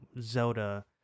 Zelda